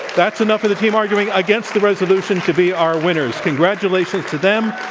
that's enough for the team arguing against the resolution to be our winners. congratulations to them.